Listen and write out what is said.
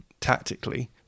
tactically